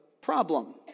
problem